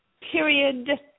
period